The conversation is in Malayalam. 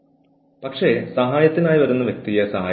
ഇത് ചെയ്യുകയാണെങ്കിൽ ഇത് എല്ലാ ജീവനക്കാരെയും രേഖാമൂലം അറിയിക്കണം